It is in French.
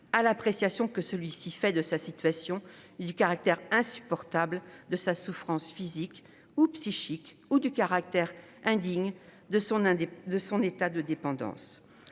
à l'appréciation que celui-ci fait de sa situation, du caractère insupportable de sa souffrance physique ou psychique ou du caractère indigne de son état de dépendance.